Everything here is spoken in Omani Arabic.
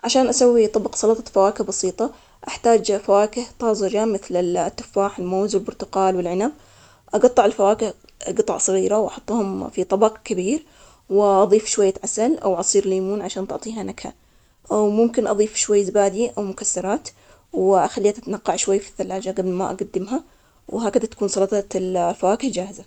عشان أسوي طبق سلطة فواكه بسيطة، أحتاج فواكه طازجة مثل التفاح، الموز، والبرتقال والعنب. أجطع الفواكه جطع صغيرة وأحطهم في طبق كبير وأضيف شوية عسل أو عصير ليمون عشان تعطيها نكهة، وممكن أضيف شوي زبادي أو مكسرات وأخليها تتنقع شوي في الثلاجة قبل ما أقدمها، وهكذا تكون سلطة الفواكه جاهزة.